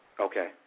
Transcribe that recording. Okay